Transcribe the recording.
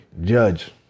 Judge